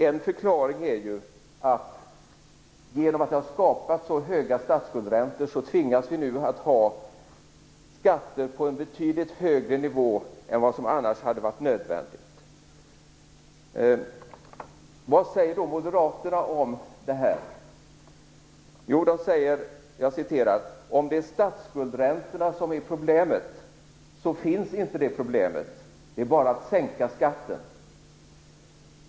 En förklaring är att vi, genom att det har skapats så höga statskuldsräntor, nu tvingas att ha skatter på en betydligt högre nivå än vad som annars hade varit nödvändigt. Vad säger då moderaterna om detta? Jo, de säger följande: Om det är statsskuldräntorna som är problemet så finns inte problemet. Det är bara att sänka skatten.